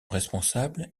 responsable